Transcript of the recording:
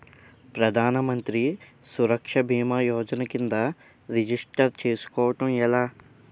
ప్రధాన మంత్రి సురక్ష భీమా యోజన కిందా రిజిస్టర్ చేసుకోవటం ఎలా?